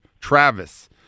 Travis